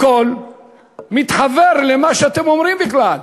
הכול מתחבר למה שאתה אומרים בכלל.